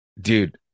dude